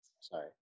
sorry